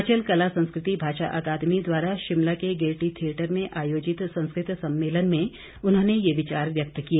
हिमाचल कला संस्कृति भाषा अकादमी द्वारा शिमला के गेयटी थिएटर में आयोजित संस्कृत सम्मेलन में उन्होंने ये विचार व्यक्त किए